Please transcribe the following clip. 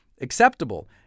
acceptable